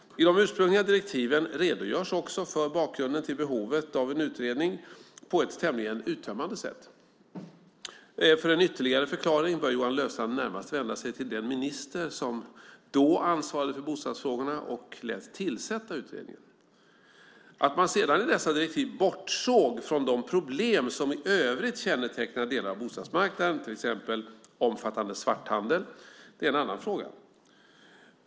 I de ursprungliga direktiven redogörs också för bakgrunden till behovet av en utredning på ett tämligen uttömmande sätt. För en ytterligare förklaring bör Johan Löfstrand närmast vända sig till den minister som då ansvarade för bostadsfrågorna och lät tillsätta utredningen. Att man sedan i dessa direktiv bortsåg från de problem som i övrigt kännetecknar delar av bostadsmarknaden, till exempel omfattande svarthandel, är en annan fråga.